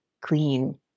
clean